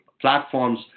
platforms